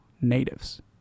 natives